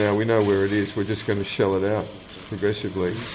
yeah we know where it is, we're just going to shell it out progressively.